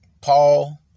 paul